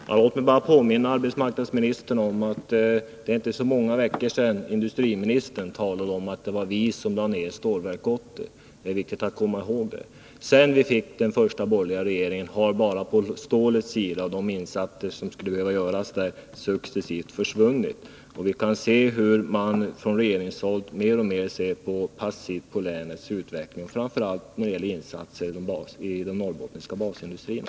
Herr talman! Låt mig bara påminna arbetsmarknadsministern om att det inte är så många veckor sedan industriministern talade om att det var vi som lade ned Stålverk 80. Det är viktigt att komma ihåg det. Sedan vi fick den första borgerliga regeringen har de insatser som skulle behöva göras på stålsidan successivt försvunnit. Vi upplever hur man från regeringshåll mer och mer ser passivt på länets utveckling, framför allt när det gäller insatser för de norrbottniska basindustrierna.